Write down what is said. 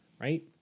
right